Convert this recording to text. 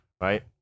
right